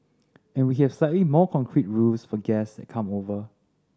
and we have slightly more concrete rules for guests that come over